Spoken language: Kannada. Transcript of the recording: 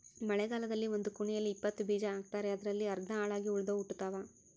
ಮಳೆಗಾಲದಲ್ಲಿ ಒಂದು ಕುಣಿಯಲ್ಲಿ ಇಪ್ಪತ್ತು ಬೀಜ ಹಾಕ್ತಾರೆ ಅದರಲ್ಲಿ ಅರ್ಧ ಹಾಳಾಗಿ ಉಳಿದವು ಹುಟ್ಟುತಾವ